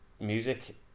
music